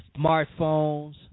smartphones